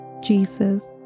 Jesus